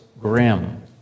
grim